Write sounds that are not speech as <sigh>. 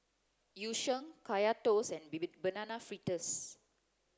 Yu Sheng Kaya toast and <unintelligible> banana fritters